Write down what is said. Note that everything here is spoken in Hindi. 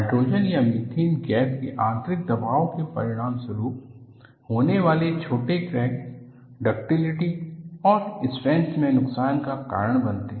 हाइड्रोजन या मीथेन गैस के आंतरिक दबाव के परिणामस्वरूप होने वाले छोटे क्रैक्स डक्टिलिटी और स्ट्रेंथ में नुकसान का कारण बनते हैं